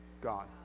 God